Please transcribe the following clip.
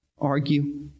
Argue